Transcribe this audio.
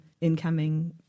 incoming